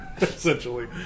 essentially